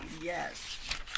Yes